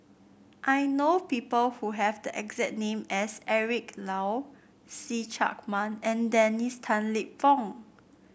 I know people who have the exact name as Eric Low See Chak Mun and Dennis Tan Lip Fong